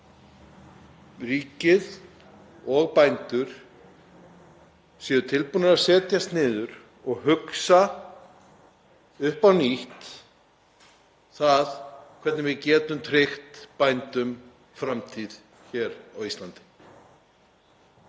ríkið og bændur séu tilbúnir að setjast niður og hugsa upp á nýtt það hvernig við getum tryggt bændum framtíð hér á Íslandi.